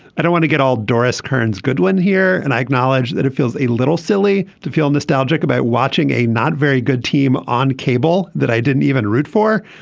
i don't want to get old doris kearns goodwin here and i acknowledge that it feels a little silly to feel nostalgic about watching a not very good team on cable that i didn't even root for.